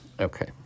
Okay